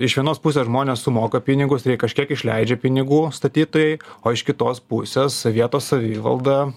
iš vienos pusės žmonės sumoka pinigus ir jie kažkiek išleidžia pinigų statytojai o iš kitos pusės vietos savivalda